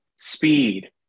speed